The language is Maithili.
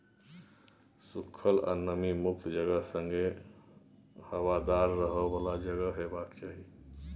सुखल आ नमी मुक्त जगह संगे हबादार रहय बला जगह हेबाक चाही